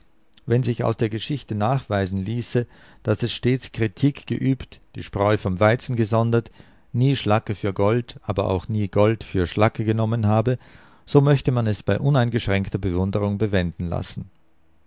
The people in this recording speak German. wenn sich aus der geschichte nachweisen ließe daß es stets kritik geübt die spreu vom weizen gesondert nie schlacke für gold aber auch nie gold für schlacke genommen habe so möchte man es bei uneingeschränkter bewunderung bewenden lassen